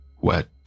Wet